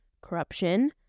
corruption